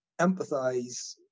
empathize